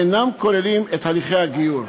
אינן כוללות את הליכי הגיור.